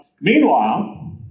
meanwhile